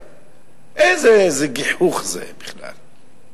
איזה גיחוך זה בכלל?